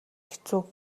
хэцүү